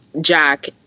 Jack